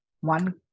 one